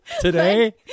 today